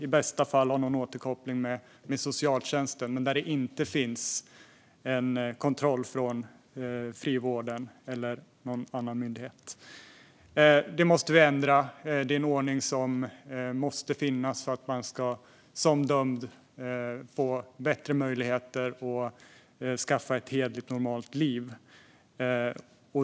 I bästa fall sker en återkoppling med socialtjänsten, men det finns ingen kontroll från frivården eller från någon annan myndighet. Detta måste vi ändra på. En sådan ordning måste finnas för att man som dömd ska få bättre möjligheter att skaffa ett hederligt, normalt liv.